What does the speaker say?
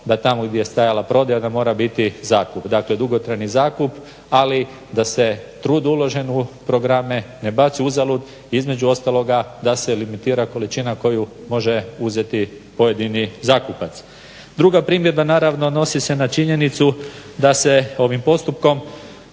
se ne razumije./… da mora biti zakup, dakle dugotrajni zakup ali da se trud uložen u programe ne baci uzalud i između ostaloga da se limitira količina koju može uzeti pojedini zakupac. Druga primjedba naravno odnosi se na činjenicu da se ovim postupkom,